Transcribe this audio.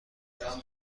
خواهم